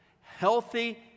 Healthy